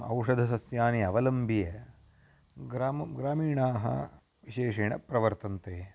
औषधसस्यानि अवलम्ब्य ग्रामे ग्रामीणाः विशेषेण प्रवर्तन्ते